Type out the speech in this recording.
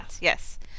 yes